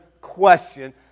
question